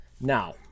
Now